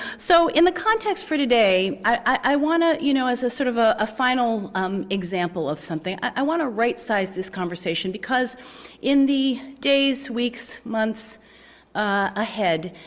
so in the context for today, i want to, you know as a sort of a ah final um example of something, i want to right size this conversation. because in the days, weeks, months ahead,